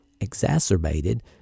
exacerbated